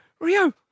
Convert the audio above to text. Rio